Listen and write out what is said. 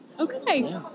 Okay